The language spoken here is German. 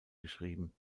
geschrieben